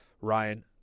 Ryan